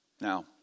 Now